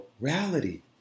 morality